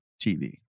TV